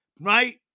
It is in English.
right